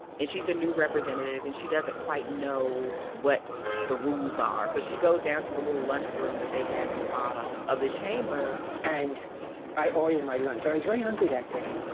and she's a new representative, and she doesn't quite know what the rules are. but she goes down to the little lunch room that they have in the bottom of the chamber and i ordered my lunch. i was very hungry that day.